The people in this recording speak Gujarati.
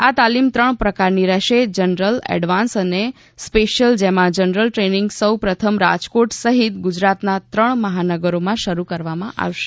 આ તાલીમ ત્રણ પ્રકારની રહેશે જનરલ એડવાન્સ અને સ્પેશિયલ જેમાં જનરલ દ્રેનીંગ સૌ પ્રથમ રાજકોટ સહીત ગુજરાતના ત્રણ મહાનગરોમાં શરૂ કરવામાં આવશે